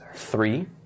three